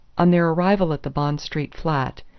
on their arrival at the bond street flat,